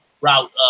route